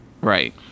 Right